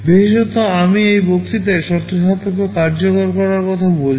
বিশেষত আমি এই বক্তৃতায় শর্তসাপেক্ষ কার্যকর করার কথা বলেছি